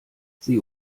sie